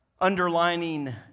underlining